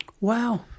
Wow